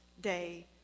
day